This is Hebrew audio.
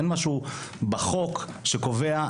אין משהו בחוק שקובע,